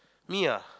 Nia